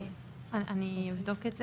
אני אבדוק את זה.